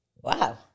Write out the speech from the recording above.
wow